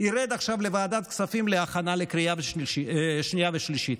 ירד עכשיו לוועדת הכספים להכנה לקריאה שנייה ושלישית.